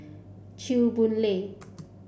Chew Boon Lay